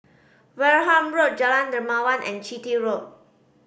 Wareham Road Jalan Dermawan and Chitty Road